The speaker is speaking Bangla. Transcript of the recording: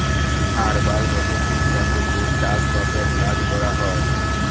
আরবাল বসতি গুলাতে যে চাস বাসের কাজ ক্যরা হ্যয়